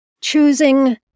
choosing